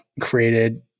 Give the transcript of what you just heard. created